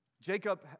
Jacob